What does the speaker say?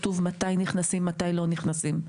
בהן כתוב מתי נכנסים ומתי לא נכנסים,